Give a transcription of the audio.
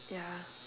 ya